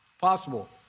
possible